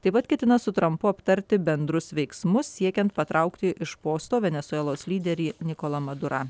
taip pat ketina su trampu aptarti bendrus veiksmus siekiant patraukti iš posto venesuelos lyderį nikolą madurą